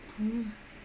ah